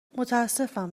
متاسفم